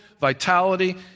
vitality